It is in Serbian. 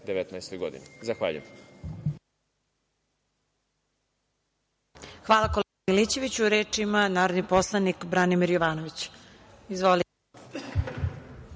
2019. godini. Zahvaljujem.